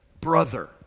brother